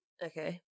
Okay